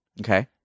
Okay